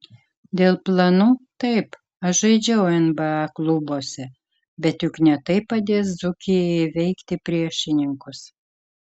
dėl planų taip aš žaidžiau nba klubuose bet juk ne tai padės dzūkijai įveikti priešininkus